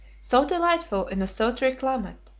so delightful in a sultry climate,